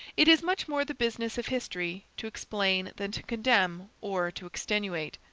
it is much more the business of history to explain than to condemn or to extenuate.